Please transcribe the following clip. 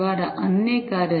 દ્વારા અન્ય કાર્ય